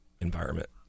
environment